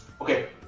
okay